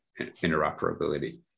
interoperability